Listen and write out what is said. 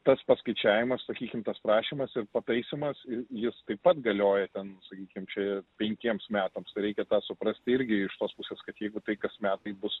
tas paskaičiavimas sakykim tas prašymas ir pataisymas jis taip pat galioja ten sakykim čia penkiems metams tai reikia tą suprasti irgi iš tos pusės kad jeigu tai kas metai bus